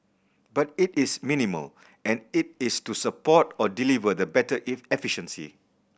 but it is minimal and it is to support or deliver the better